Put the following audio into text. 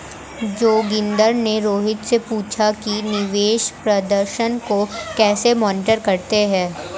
जोगिंदर ने रोहित से पूछा कि निवेश प्रदर्शन को कैसे मॉनिटर करते हैं?